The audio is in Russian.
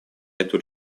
эту